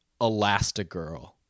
Elastigirl